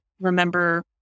remember